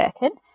Birkin